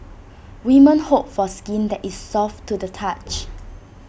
women hope for skin that is soft to the touch